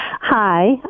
Hi